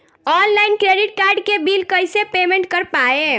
Online credit card के bill कइसे payment कर पाएम?